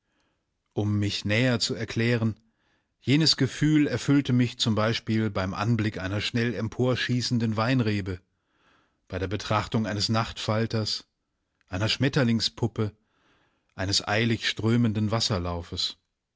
um mich näher zu erklären jenes gefühl erfüllte mich zum beispiel beim anblick einer schnell emporschießenden weinrebe bei der betrachtung eines nachtfalters einer schmetterlingspuppe eines eilig strömenden wasserlaufes